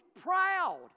proud